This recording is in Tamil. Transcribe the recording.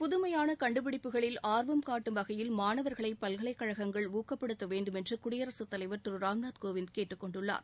புதுமையான கண்டுபிடிப்புகளில் ஆர்வம் காட்டும் வகையில் மாணவர்களை பல்கலைக்கழகங்கள் ஊக்கப்படுத்த வேண்டும் என்று குடியரசுத் தலைவர் திரு ராம்நாத் கோவிந்த் கேட்டுக்கொண்டுள்ளார்